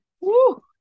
Woo